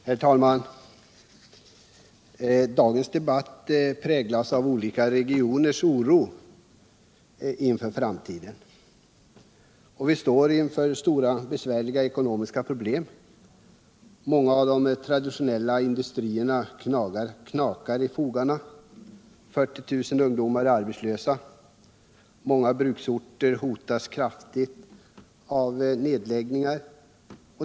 Herr talman! Dagens debatt präglas av olika regioners oro för framtiden. Vi står inför stora och besvärliga ekonomiska problem. Många av de traditionella industrierna knakar i fogarna, 40000 ungdomar är arbetslösa, många bruksorter hotas kraftigt av nedläggningar.